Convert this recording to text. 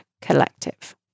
collective